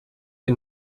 que